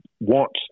wants